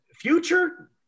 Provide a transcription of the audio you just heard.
future